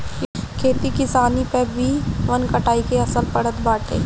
खेती किसानी पअ भी वन कटाई के असर पड़त बाटे